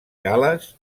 gal·les